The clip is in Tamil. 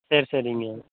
சரி சரிங்க